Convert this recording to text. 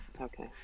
Okay